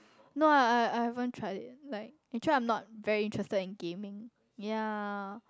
no I I I haven't tried it like actually I'm not very interested in gaming ya